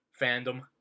fandom